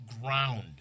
ground